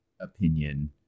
opinion